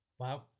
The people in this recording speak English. wow